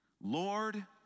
Lord